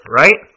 right